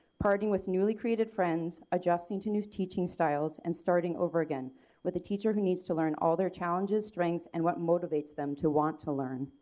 parting with newly created friends, adjusting to new teaching styles and starting over again with the teacher who needs to learn all there challenges, strengths and what motivates them to want to learn.